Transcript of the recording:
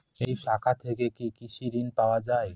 এই শাখা থেকে কি কৃষি ঋণ পাওয়া যায়?